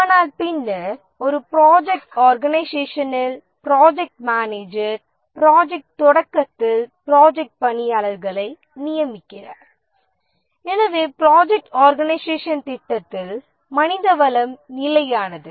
ஆனால் பின்னர் ஒரு ப்ராஜெக்ட் ஆர்கனைசேஷனில் ப்ராஜெக்ட் மேனேஜர் ப்ராஜெக்ட் தொடக்கத்தில் ப்ராஜெக்ட் பணியாளர்களை நியமிக்கிறார் எனவே ப்ராஜெக்ட் ஆர்கனைசேஷன் திட்டத்தில் மனிதவளம் நிலையானது